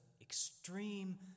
extreme